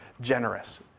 generous